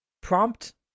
prompt